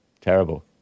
terrible